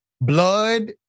Blood